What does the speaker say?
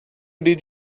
did